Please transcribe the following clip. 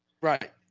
Right